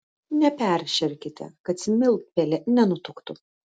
neperšerkite kad smiltpelė nenutuktų